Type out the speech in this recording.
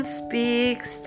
speaks